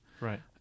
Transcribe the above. Right